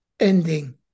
Ending